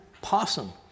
possum